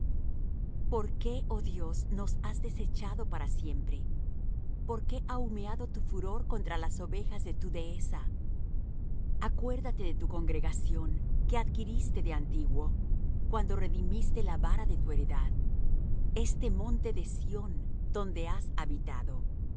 por qué oh dios nos has desechado para siempre por qué ha humeado tu furor contra las ovejas de tu dehesa acuérdate de tu congregación que adquiriste de antiguo cuando redimiste la vara de tu heredad este monte de sión donde has habitado